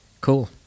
Cool